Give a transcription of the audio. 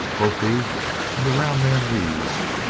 quoth he and the round man wheezed.